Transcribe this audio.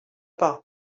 pas